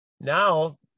now